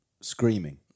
screaming